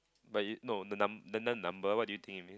but you no the num~ the the number what do you think of it